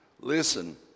Listen